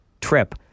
trip